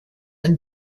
and